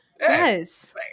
Yes